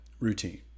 routine